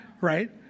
right